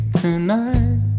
tonight